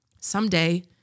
someday